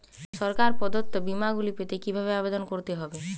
সরকার প্রদত্ত বিমা গুলি পেতে কিভাবে আবেদন করতে হবে?